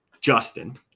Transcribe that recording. Justin